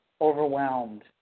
overwhelmed